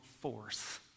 force